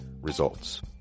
Results